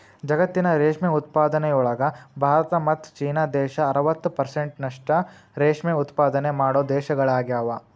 ಜಗತ್ತಿನ ರೇಷ್ಮೆ ಉತ್ಪಾದನೆಯೊಳಗ ಭಾರತ ಮತ್ತ್ ಚೇನಾ ದೇಶ ಅರವತ್ ಪೆರ್ಸೆಂಟ್ನಷ್ಟ ರೇಷ್ಮೆ ಉತ್ಪಾದನೆ ಮಾಡೋ ದೇಶಗಳಗ್ಯಾವ